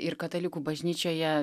ir katalikų bažnyčioje